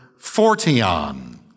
fortion